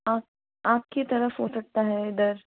आँख आँख की तरफ हो सकता है दर्द